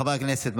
חברי הכנסת,